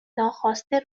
ناخواسته